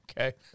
Okay